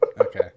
okay